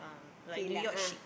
feel lah ah